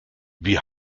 wie